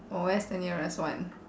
orh where's the nearest one